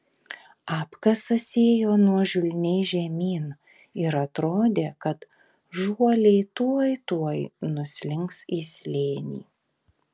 apkasas ėjo nuožulniai žemyn ir atrodė kad žuoliai tuoj tuoj nuslinks į slėnį